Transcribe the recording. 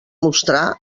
mostrar